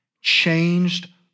changed